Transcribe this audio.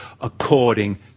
according